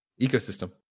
Ecosystem